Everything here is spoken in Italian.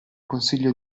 consiglio